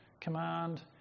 command